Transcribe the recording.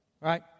Right